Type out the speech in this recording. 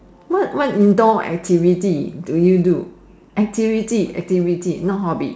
what what indoor activity do you do activity activity not hobby